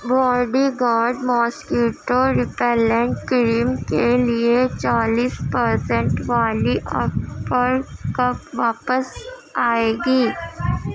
body guard mosquito repellent cream کے لیے چالیس پرسنٹ والی آفر کب واپس آئے گی